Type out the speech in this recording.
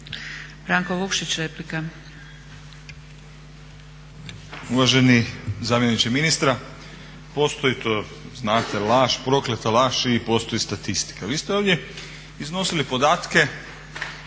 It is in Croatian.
Branko (Nezavisni)** Uvaženi zamjeniče ministra, postoji to znate laž, prokleta laž i postoji statistika. Vi ste ovdje iznosili podatke